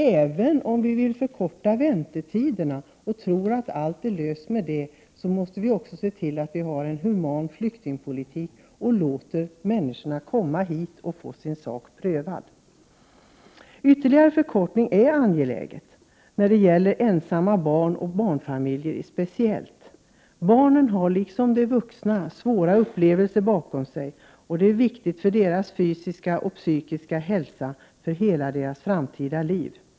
Även om vi vill förkorta väntetiderna och tror att allt därmed är löst, måste vi således se till att vi för en human flyktingpolitik. Vi måste låta människor få komma hit och få sin sak prövad. En ytterligare förkortning av väntetiderna är angelägen speciellt för de ensamma barnen och för barnfamiljer. Barnen, liksom de vuxna, har svåra upplevelser bakom sig. En ytterligare förkortning av väntetiderna är därför viktig för både den fysiska och den psykiska hälsan men också för barnens och barnfamiljernas framtid.